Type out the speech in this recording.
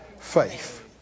faith